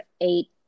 eight